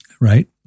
Right